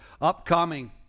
Upcoming